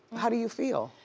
how do you feel?